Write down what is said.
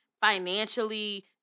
financially